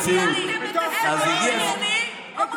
קרה עם המיסוי של השתייה ושל החד-פעמי.